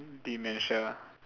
dementia